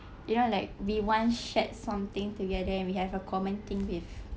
you know like we once shared something together and we have a common thing with